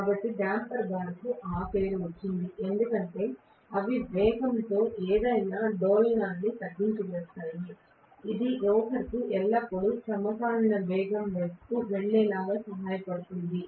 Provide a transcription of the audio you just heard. కాబట్టి డేంపర్ బార్కు ఆ పేరు వచ్చింది ఎందుకంటే అవి వేగంతో ఏదైనా డోలనాన్ని తగ్గించి వేస్తాయి ఇది రోటర్కు ఎల్లప్పుడూ సమకాలీన వేగం వైపు వెళ్లేలా సహాయపడుతుంది